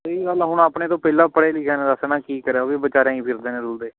ਸਹੀ ਗੱਲ ਆ ਹੁਣ ਆਪਣੇ ਤੋਂ ਪਹਿਲਾਂ ਪੜ੍ਹੇ ਲਿਖਿਆ ਨੇ ਦੱਸ ਨਾ ਕੀ ਕਰਿਆ ਉਹ ਵੀ ਵਿਚਾਰੇ ਐਂ ਹੀ ਫਿਰਦੇ ਨੇ ਰੁਲਦੇ